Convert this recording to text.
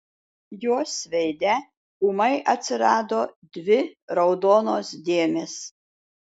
jos veide ūmai atsirado dvi raudonos dėmės